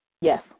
Yes